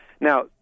Now